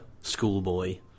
schoolboy